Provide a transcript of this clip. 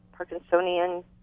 Parkinsonian